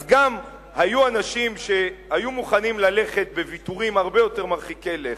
אז גם היו אנשים שהיו מוכנים ללכת לוויתורים הרבה יותר מרחיקי לכת,